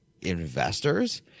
investors